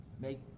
make